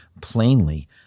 plainly